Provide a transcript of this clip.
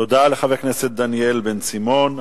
תודה לחבר הכנסת דניאל בן-סימון.